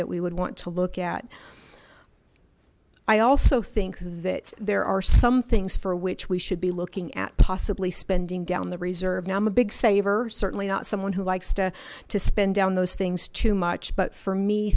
that we would want to look at i also think that there are some things for which we should be looking at possibly spending down the reserve now i'm a big saver certainly not someone who likes to to spend down those things too much but for me